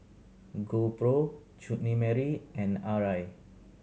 GoPro Chutney Mary and Arai